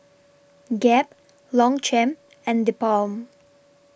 Gap Longchamp and TheBalm